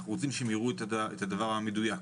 אנחנו רוצים שהם יראו את הדבר המדויק.